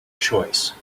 choice